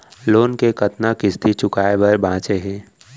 Loan के कतना किस्ती चुकाए बर बांचे हे?